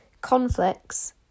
conflicts